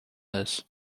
this